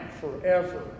forever